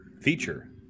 feature